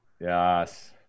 Yes